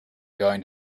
going